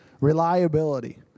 reliability